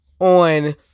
on